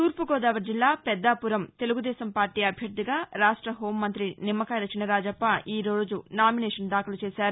తూర్పుగోదావరి జిల్లా పెద్దాపురం తెలుగుదేశం పార్టీ అభ్యర్ధిగా రాష్ట్ర హోంమంతి నిమ్మకాయల చినరాజప్ప ఈ రోజు నామినేషన్ను దాఖలు చేశారు